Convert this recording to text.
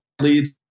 leads